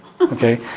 okay